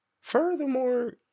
Furthermore